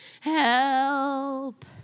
Help